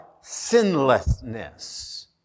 sinlessness